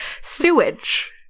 Sewage